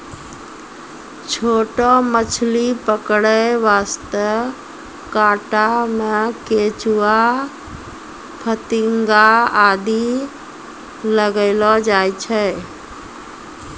छोटो मछली पकड़ै वास्तॅ कांटा मॅ केंचुआ, फतिंगा आदि लगैलो जाय छै